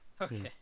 Okay